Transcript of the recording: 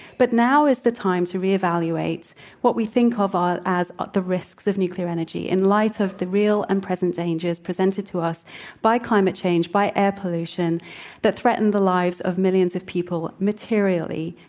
but now is the time to re-evaluate what we think of ah as ah the risks of nuclear energy, in light of the real and present danger is presented to us by climate change, by air pollution that threaten the lives of millions of people, materially,